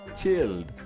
chilled